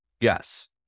Yes